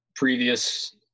previous